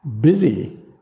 busy